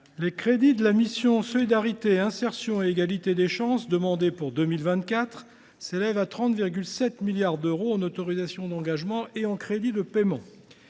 les crédits de la mission « Solidarité, insertion et égalité des chances » demandés pour 2024 s’élèvent à 30,7 milliards d’euros en autorisations d’engagement et en crédits de paiement.